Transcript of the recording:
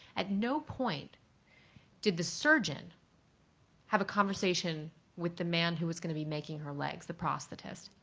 at no point did the surgeon have a conversation with the man who was going to be making her leg, the prosthetist.